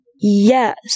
yes